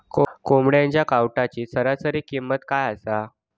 कोंबड्यांच्या कावटाची सरासरी किंमत काय असा?